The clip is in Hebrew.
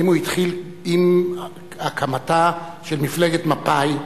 האם הוא התחיל עם הקמתה של מפלגת מפא"י,